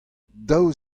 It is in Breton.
daou